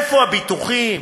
איפה הביטוחים?